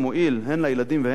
הן לילדים והן לתורה,